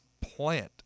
plant